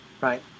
right